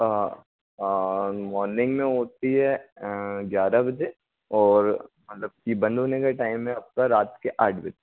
morning में होती है ग्यारह बजे और मतलब की बंद होने का टाइम आपका रात के आठ बजे